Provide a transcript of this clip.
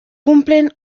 cumplen